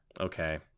Okay